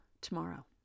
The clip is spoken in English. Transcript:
tomorrow